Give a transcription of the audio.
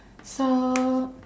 so